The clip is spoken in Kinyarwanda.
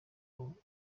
humble